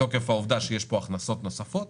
מתוקף העובדה שיש פה הכנסות נוספות